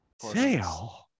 sale